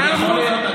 ויכול להיות,